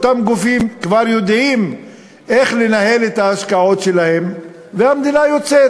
אותם גופים כבר יודעים איך לנהל את ההשקעות שלהם והמדינה יוצאת.